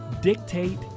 dictate